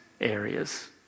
areas